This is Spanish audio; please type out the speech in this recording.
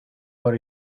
por